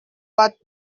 bought